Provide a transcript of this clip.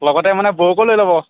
লগতে মানে বৌকো লৈ ল'ব